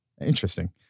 interesting